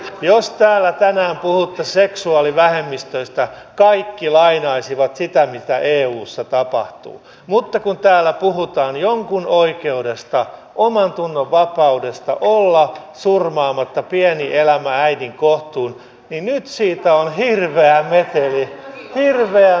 jos täällä tänään puhuttaisiin seksuaalivähemmistöistä kaikki lainaisivat sitä mitä eussa tapahtuu mutta kun täällä puhutaan jonkun oikeudesta omantunnonvapaudesta olla surmaamatta pieni elämä äidin kohtuun niin nyt siitä on hirveä meteli hirveä meteli